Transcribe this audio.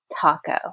TACO